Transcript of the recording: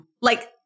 Like-